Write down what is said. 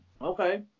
Okay